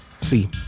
See